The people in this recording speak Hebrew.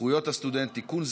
זכויות הסטודנט (תיקון,